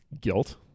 Guilt